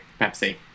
Pepsi